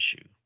issue